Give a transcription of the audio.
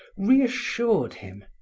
reassured him.